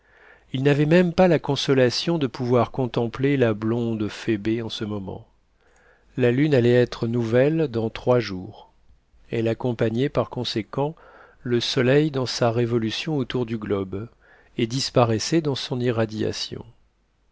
il n'avait même pas la consolation de pouvoir contempler la blonde phoebé en ce moment la lune allait être nouvelle dans trois jours elle accompagnait par conséquent le soleil dans sa révolution autour du globe et disparaissait dans son irradiation